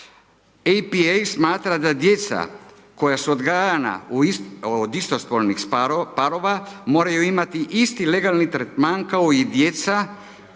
APA smatra da djeca koja su odgajana od isto spolnih parova moraju imati isti legalni tretman kao i djeca